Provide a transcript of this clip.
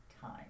time